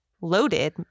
loaded